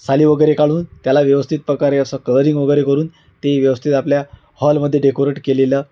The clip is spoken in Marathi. साली वगैरे काढून त्याला व्यवस्थित प्रकारे असं कलरिंग वगैरे करून ते व्यवस्थित आपल्या हॉलमध्ये डेकोरेट केलेलं